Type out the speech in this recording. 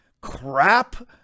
crap